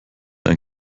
ein